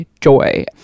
joy